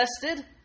tested